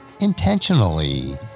Intentionally